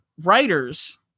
writers